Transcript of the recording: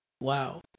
Wow